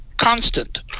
constant